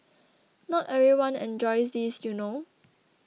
not everyone enjoys this you know